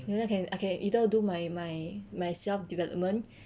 then 这样 can I can either do my my my self development